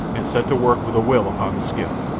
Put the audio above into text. and set to work with a will upon the skiff.